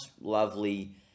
lovely